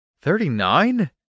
Thirty-nine